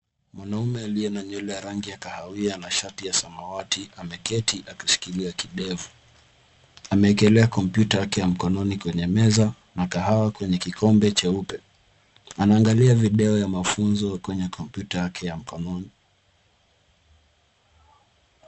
Mwanaume aliye na nywele ya rangi ya kahawia na shati ya samawati ameketi na akashikilia kidevu. Amewekelea kompyuta yake ya mkononi kwenye meza na kahawa kwenye kikombe cheupe. Anaangalia video ya mafunzo kwenye kompyuta yake ya mkononi.